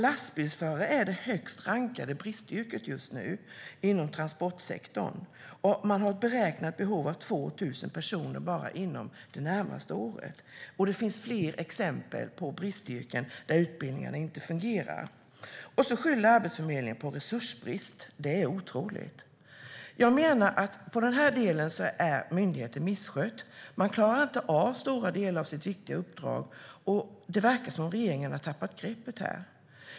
Lastbilsförare är det högst rankade bristyrket just nu inom transportsektorn. Man har beräknat behov av 2 000 personer bara inom det närmaste året. Det finns fler exempel på bristyrken där utbildningarna inte fungerar. Arbetsförmedlingen skyller på resursbrist. Det är otroligt. På den här delen är myndigheten misskött. Man klarar inte av stora delar av sitt viktiga uppdrag. Det verkar som att regeringen här har tappat greppet.